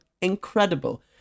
incredible